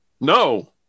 No